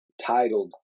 titled